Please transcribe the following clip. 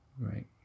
right